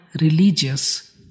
religious